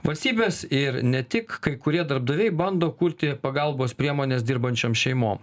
valstybės ir ne tik kai kurie darbdaviai bando kurti pagalbos priemones dirbančiom šeimom